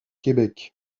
québec